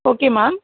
okay ma'am